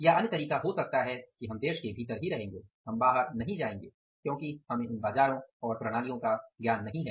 या अन्य तरीका हो सकता है कि हम देश के भीतर ही रहेंगे हम बाहर नहीं जाएंगे क्योंकि हमें उन बाजारों और प्रणालियों का ज्ञान नहीं है